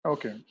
Okay